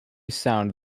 sound